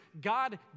God